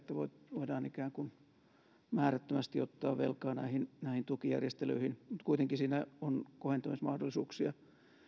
voidaan ikään kuin määrättömästi ottaa velkaa näihin näihin tukijärjestelyihin mutta kuitenkin siinä on kohentamismahdollisuuksia